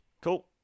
cool